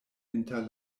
inter